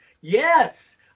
yes